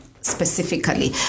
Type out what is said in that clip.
specifically